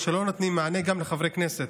לא נותנים מענה גם לחברי כנסת.